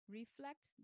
reflect